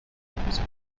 puisque